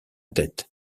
tête